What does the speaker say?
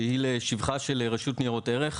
שהיא לשבחה של רשות ניירות ערך.